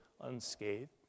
unscathed